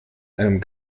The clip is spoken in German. einem